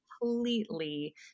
completely